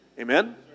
Amen